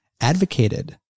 advocated